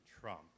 Trump